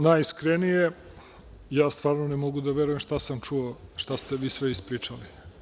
Najiskrenije, ja stvarno ne mogu da verujem šta sam čuo, šta ste vi sve ispričali.